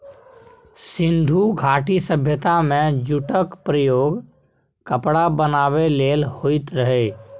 सिंधु घाटी सभ्यता मे जुटक प्रयोग कपड़ा बनाबै लेल होइत रहय